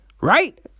right